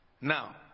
Now